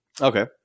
Okay